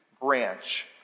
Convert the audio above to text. branch